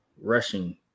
rushing